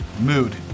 mood